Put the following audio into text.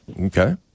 Okay